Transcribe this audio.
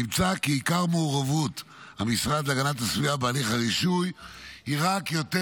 נמצא כי עיקר מעורבות המשרד להגנת הסביבה בהליך הרישוי היא רק יותר